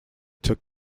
took